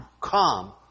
come